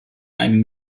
einem